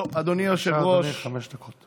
אדוני היושב-ראש, בבקשה, אדוני, חמש דקות.